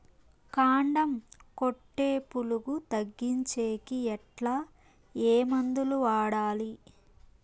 కాండం కొట్టే పులుగు తగ్గించేకి ఎట్లా? ఏ మందులు వాడాలి?